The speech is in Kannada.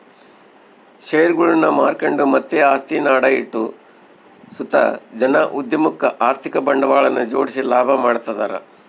ಷೇರುಗುಳ್ನ ಮಾರ್ಕೆಂಡು ಮತ್ತೆ ಆಸ್ತಿನ ಅಡ ಇಟ್ಟು ಸುತ ಜನ ಉದ್ಯಮುಕ್ಕ ಆರ್ಥಿಕ ಬಂಡವಾಳನ ಜೋಡಿಸಿ ಲಾಭ ಮಾಡ್ತದರ